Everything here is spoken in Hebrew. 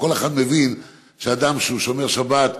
אבל כל אחד מבין שאדם שהוא שומר שבת,